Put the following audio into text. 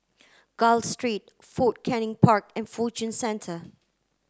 Gul Street Fort Canning Park and Fortune Centre